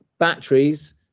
Batteries